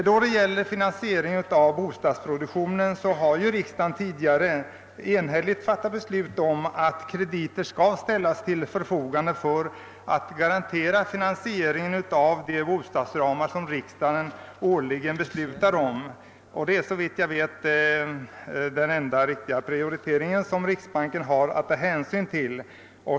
Då det gäller finansieringen av bostadsproduktionen har riksdagen tidigare enhälligt fattat beslut om att krediter skall ställas till förfogande för att garantera finansieringen av ett bostadsbyggande inom de ramar som riksdagen årligen beslutat om. Detta är såvitt jag vet den enda prioritering som riksbanken har att ta hänsyn till.